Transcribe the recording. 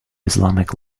islamic